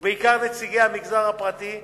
ובעיקר נציגי המגזר הפרטי,